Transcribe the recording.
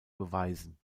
beweisen